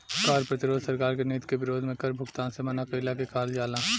कार्य प्रतिरोध सरकार के नीति के विरोध में कर भुगतान से मना कईला के कहल जाला